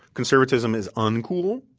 conservatism is uncool,